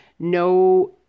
No